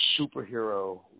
superhero